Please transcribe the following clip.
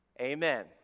amen